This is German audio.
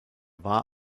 war